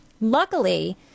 luckily